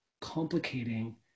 complicating